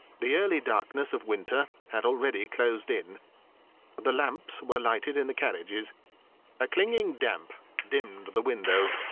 the early darkness of winter had already closed in the lamps were lighted in the carriages a clinging damp dimmed the windows,